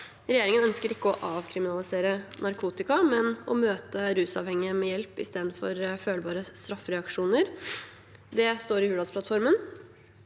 Regjeringen ønsker ikke å avkriminalisere narkotika, men å møte rusavhengige med hjelp istedenfor følbare straffereaksjoner. Det står i Hurdalsplattformen.